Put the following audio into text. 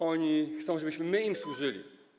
Oni chcą, żebyśmy my im służyli.